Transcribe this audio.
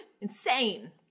Insane